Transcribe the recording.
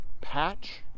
patch